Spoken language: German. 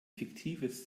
fiktives